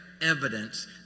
evidence